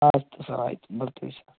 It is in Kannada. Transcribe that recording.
ಆಯಿತು ಸರ್ ಆಯಿತು ಬರ್ತೀವಿ ಸರ್